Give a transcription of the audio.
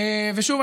ושוב,